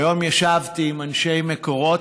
היום ישבתי עם אנשי מקורות.